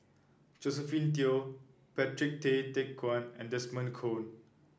Josephine Teo Patrick Tay Teck Guan and Desmond Kon